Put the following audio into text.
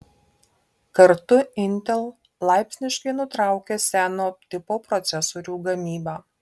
kartu intel laipsniškai nutraukia seno tipo procesorių gamybą